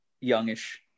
youngish